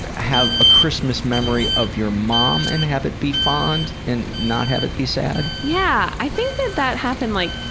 but have a christmas memory of your mom and have it be fond and not have it be sad? yeah. i think that that happened like